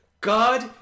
God